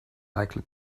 likely